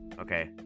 okay